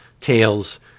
tales